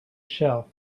shelf